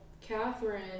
Catherine